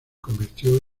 convirtió